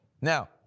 Now